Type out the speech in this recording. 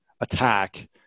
attack